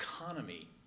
economy